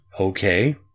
Okay